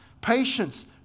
patience